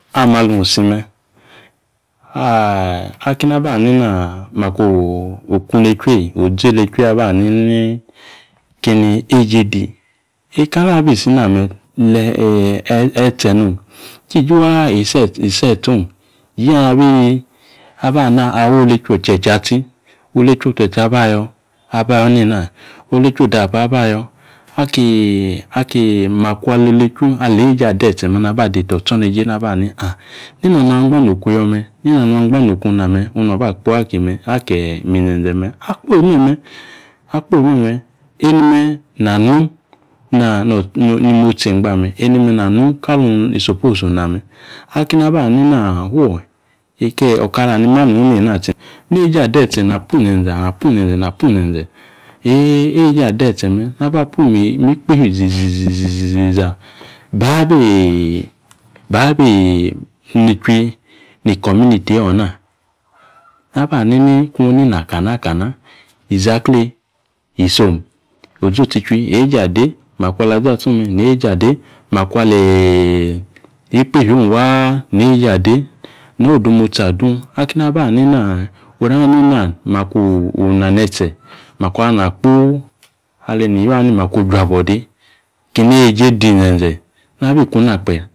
Ame̱ alung isi me̱ aki maba ani naa makwo otsiolechu eeyi aba hanini kini weje dii ekana abi sina me̱ etse nom ijiji waa isi etse ong inyi abi yi aba na awolechu ochie̱chie̱ atsi olechu ochieochie aba yo̱ aba yo nena, olechu odaapa aba yo aki aki makwa ololechu aleeje ade etse me aba adeta otsoneje naba ani nena na angba okung yo me̱ nena na angba okung na me̱ onu aba kpoyi aki mizenze me. Akpoyi me̱me̱ akpoyi me̱me̱, enime na nu nimotsi engba me̱ enime nanu kalung surpose ona me̱. Aki eni aba ana fuo, eka adetse napu izenze apu ize̱nze napu izenze neeje ade̱tse̱ me̱ na ba pu mi kpifyo izi izi izi izi izi izi izi babi babi nichwi ni community eeyi ona na ba ninkung inana kana kana izaklee isom, ozotsichwi aeje ade makwa ala zatsung neeje ade makwa alii ikpifio ong waa neeje ade no odemotsi adung aki eni aba nina oruna nena makwo ona netse makwa ali na kpuu aleni iywa ni makwo ojwabuode keni yeeje adi izenze nabiku na kpe̱.